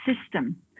system